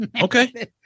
Okay